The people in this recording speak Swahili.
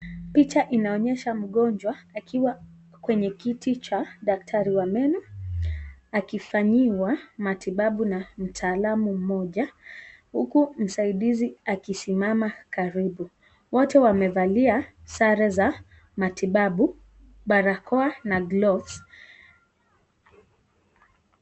Picha inaonyesha mgonjwa akiwa kwenye kiti cha daktari wa meno, akifanyiwa matibabu na mtaalamu mmoja huku msahidizi akisimama karibu. Wote wamevalia sare za matibabu, barakoa na gloves .